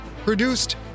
Produced